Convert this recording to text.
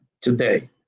today